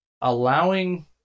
allowing